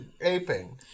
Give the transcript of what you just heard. aping